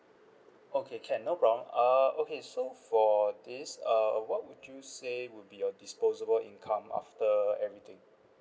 okay can no problem err okay so for this err what would you say would be your disposable income after everything